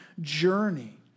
journey